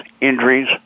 injuries